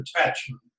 attachment